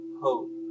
hope